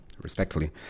respectfully